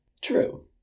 True